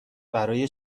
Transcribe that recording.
برای